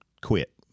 quit